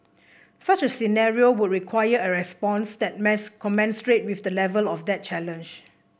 such a scenario would require a response that commensurate with the level of that challenge